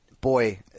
boy